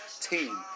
Team